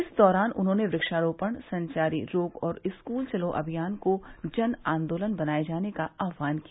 इस दौरान उन्होंने वृक्षारोपण संचारी रोग और स्कूल चलो अभियान को जन आंदोलन बनाये जाने का आहवान किया